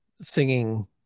singing